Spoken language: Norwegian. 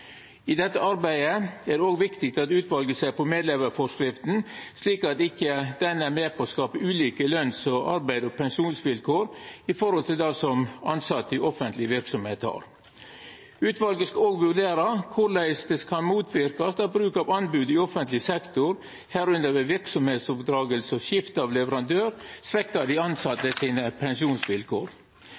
I dette arbeidet er det også viktig at utvalet ser på medleverforskrifta, slik at ho ikkje er med på å skapa ulike løns-, arbeids- og pensjonsvilkår i forhold til det som tilsette i offentleg verksemd har. Utvalet skal òg vurdera korleis ein kan motverka at bruk av anbod i offentleg sektor, medrekna verksemdsoverdraging og skifte av leverandør, svekkjer pensjonsvilkåra til dei